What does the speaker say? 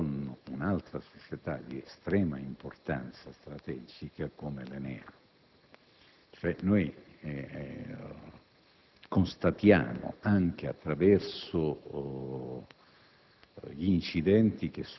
in un rapporto con un'altra società di estrema importanza strategica come l'ENEA. Noi constatiamo, anche attraverso